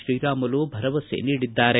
ತೀರಾಮುಲು ಭರವಸೆ ನೀಡಿದ್ದಾರೆ